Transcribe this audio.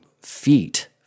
feet